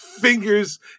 fingers